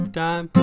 time